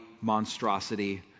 monstrosity